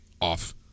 off